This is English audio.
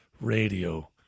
radio